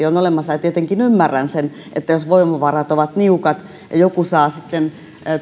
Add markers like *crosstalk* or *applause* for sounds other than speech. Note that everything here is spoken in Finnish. *unintelligible* on olemassa tietenkin ymmärrän sen että jos voimavarat ovat niukat ja joku saa sitten